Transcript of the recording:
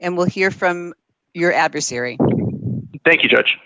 and we'll hear from your adversary thank you judge